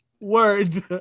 word